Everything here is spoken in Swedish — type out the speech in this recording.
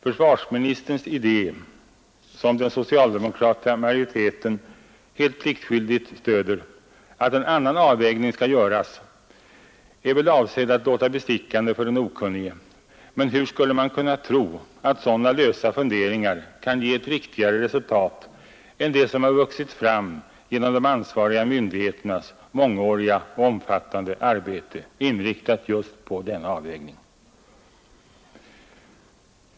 Försvarsministerns idé — som den socialdemokratiska majoriteten helt pliktskyldigt stött — att en annan avvägning skall göras är väl avsedd att låta bestickande för den okunnige. Men hur skulle man kunna tro att sådana lösa funderingar kan ge ett riktigare resultat än det som har vuxit fram genom de ansvariga myndigheternas mångåriga och omfattande arbete, inriktat just på denna avvägning?